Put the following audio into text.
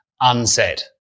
unsaid